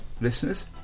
listeners